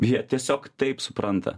jie tiesiog taip supranta